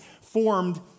formed